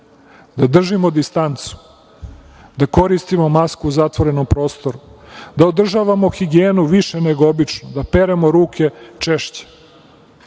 da držimo distancu, da koristimo masku u zatvorenom prostoru, da održavamo higijenu više nego obično, da peremo ruke češće,